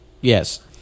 Yes